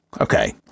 Okay